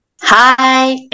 Hi